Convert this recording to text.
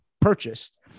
purchased